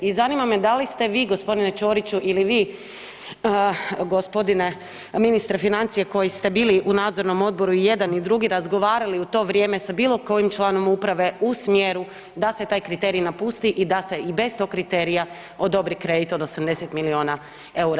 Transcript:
I zanima me da li ste vi gospodine Ćoriću ili vi gospodine ministre financija koji ste bili u nadzornom odboru jedan i drugi razgovarali u to vrijeme sa bilo kojim članom uprave u smjeru da se taj kriterij napusti i da se i bez tog kriterija odobri kredit od 80 milijuna eura?